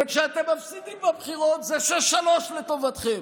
וכשאתם מפסידים בבחירות זה 6:3 לטובתכם.